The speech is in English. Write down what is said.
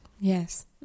Yes